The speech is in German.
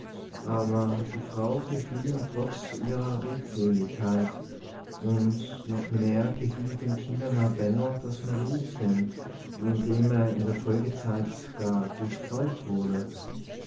aber die frau gefiel ihm trotz ihrer redseligkeit und noch mehr gefiel dem kindernarr benno das mariechen mit dem er in der folgezeit gar gut freund wurde